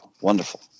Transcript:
Wonderful